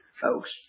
folks